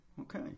okay